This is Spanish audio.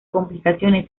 complicaciones